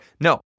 No